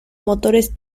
motores